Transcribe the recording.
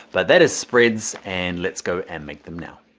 but that is spreads. and let's go and make them now.